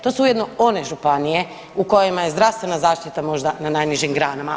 To su ujedno one županije u kojima je zdravstvena zaštita možda na najnižim granama.